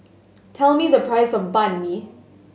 tell me the price of Banh Mi